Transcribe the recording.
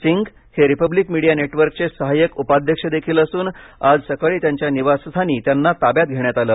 सिंग हे Republic Media नेटवर्कचे सहाय्यक उपाध्यक्ष देखील असून आज सकाळी त्यांच्या निवासस्थानी त्यांना ताब्यात घेण्यात आलं